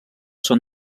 són